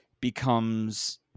Becomes